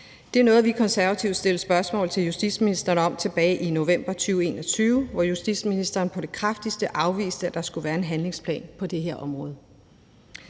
Det er noget, vi Konservative stillede spørgsmål til justitsministeren om tilbage i november 2021, hvor justitsministeren på det kraftigste afviste, at der skulle være en handlingsplan på det her område.